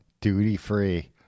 Duty-free